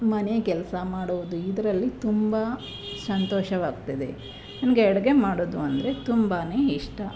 ಮನೆ ಕೆಲಸ ಮಾಡೋದು ಇದರಲ್ಲಿ ತುಂಬ ಸಂತೋಷವಾಗ್ತದೆ ನನಗೆ ಅಡುಗೆ ಮಾಡೋದು ಅಂದರೆ ತುಂಬನೇ ಇಷ್ಟ